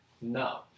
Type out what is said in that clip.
no